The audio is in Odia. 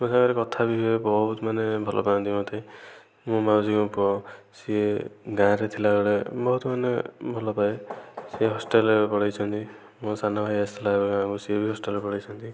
ମୋ ସାଙ୍ଗରେ କଥା ବି ହୁଏ ବହୁତ ମାନେ ଭଲ ପାଆନ୍ତି ମୋତେ ମୋ ମାଉସୀଙ୍କ ପୁଅ ସିଏ ଗାଁରେ ଥିଲା ବେଳେ ବହୁତ ମାନେ ଭଲପାଏ ସେ ହଷ୍ଟେଲରେ ଏବେ ପଳାଇଛନ୍ତି ମୋ ସାନ ଭାଇ ଆସିଥିଲା ଗାଁକୁ ସିଏ ବି ହଷ୍ଟେଲ ପଳାଇଛନ୍ତି